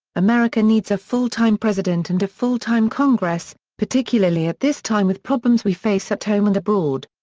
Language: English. america needs a full-time president and a full-time congress, particularly at this time with problems we face at home and abroad.